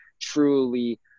truly